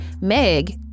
Meg